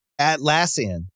Atlassian